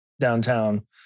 downtown